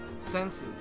senses